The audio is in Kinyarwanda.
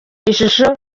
ishusho